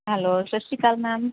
hello ਸਤਿ ਸ਼੍ਰੀ ਅਕਾਲ ਮੈਮ